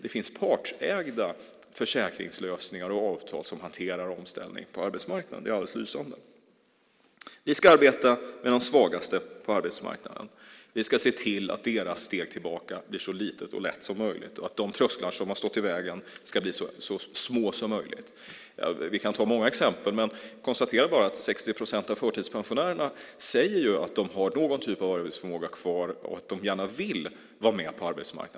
Det finns partsägda försäkringslösningar och avtal som hanterar omställning på arbetsmarknaden. Det är alldeles lysande. Vi ska arbeta med de svagaste på arbetsmarknaden. Vi ska se till att deras steg tillbaka blir så litet och lätt som möjligt och att de trösklar som har stått i vägen ska bli så små som möjligt. Vi kan ta många exempel. Men jag konstaterar bara att 60 procent av förtidspensionärerna säger att de har någon typ av arbetsförmåga kvar och att de gärna vill vara med på arbetsmarknaden.